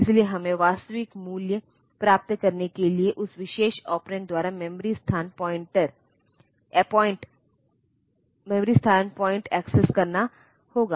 इसलिए हमें वास्तविक मूल्य प्राप्त करने के लिए उस विशेष ऑपरेंड द्वारा मेमोरी स्थान पॉइंट एक्सेस करना होगा